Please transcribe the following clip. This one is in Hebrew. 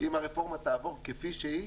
אם הרפורמה תעבור כפי שהיא